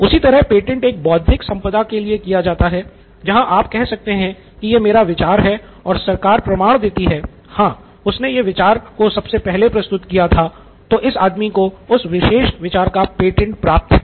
उसी तरह पेटेंट एक बौद्धिक संपदा के लिए किया जाता है जहां आप कह सकते हैं कि यह मेरा विचार है और सरकार प्रमाण देती है कि हाँ उसने इस विचार को पहले प्रस्तुत किया था तो इस आदमी को उस विशेष विचार का पेटेंट प्राप्त है